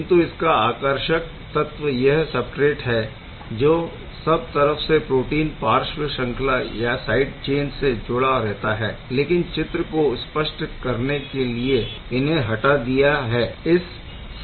किंतु इसका आकर्षक तत्व यह सबस्ट्रेट है जो सब तरफ से प्रोटीन पार्श्व श्रंखला से जुड़ा रहता है लेकिन चित्र को स्पष्ट करने के लिए इन्हे हटा दिया है